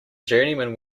journeyman